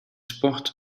sport